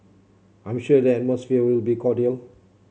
I'm sure the atmosphere will be cordial